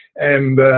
and